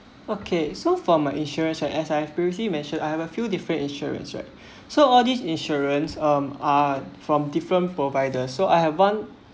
okay so for my insurance had as I have previously mentioned I have a few different insurance right so all these insurance um are from different providers so I have one